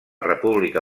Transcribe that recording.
república